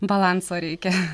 balanso reikia